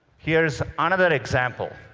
here's another example.